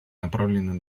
направленные